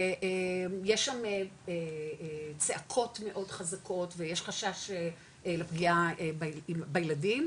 שיש שם צעקות מאוד חזקות ויש חשש לפגיעה בילדים,